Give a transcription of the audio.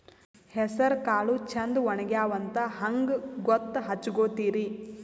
ಹೆಸರಕಾಳು ಛಂದ ಒಣಗ್ಯಾವಂತ ಹಂಗ ಗೂತ್ತ ಹಚಗೊತಿರಿ?